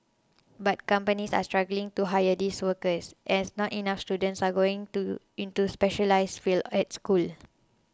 but companies are struggling to hire these workers as not enough students are going to into specialised fields at school